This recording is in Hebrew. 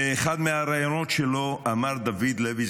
באחד מהראיונות שלו אמר דוד לוי,